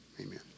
Amen